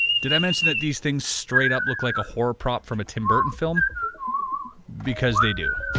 did i mention that these things straight up look like a horror prop from a tim burton film because they do.